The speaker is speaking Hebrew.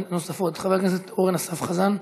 חבר הכנסת אורן אסף חזן,